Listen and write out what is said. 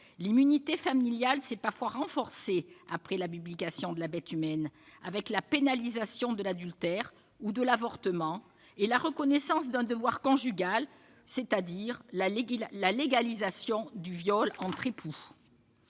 l'immunité familiale s'est parfois renforcée après la publication de, avec la pénalisation de l'adultère ou de l'avortement et la reconnaissance d'un « devoir conjugal », c'est-à-dire la légalisation du viol entre époux.